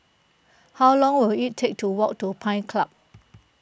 how long will it take to walk to Pines Club